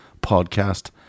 podcast